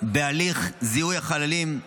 בהליך זיהוי החללים,